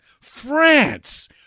France